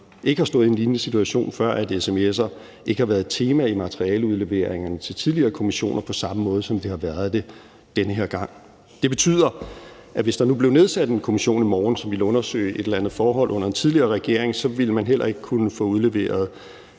ikke har stået i en lignende situation før, er, at sms'er ikke har været et tema i materialeudleveringerne til tidligere kommissioner på samme måde, som det har været det den her gang. Det betyder, at hvis der nu blev nedsat en kommission i morgen, som ville undersøge et eller andet forhold under en tidligere regering, så ville man heller ikke kunne få udleveret